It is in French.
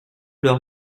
leur